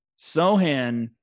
Sohan